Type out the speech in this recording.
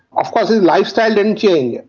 of course his lifestyle didn't change.